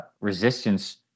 resistance